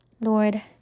Lord